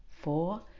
four